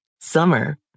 Summer